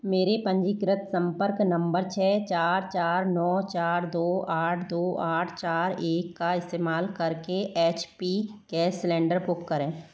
मेरे पंजीकृत संपर्क नंबर छह चार चार नौ चार दो आठ दो आठ चार एक का इस्तेमाल करके H P gas cylinder book करें